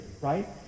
right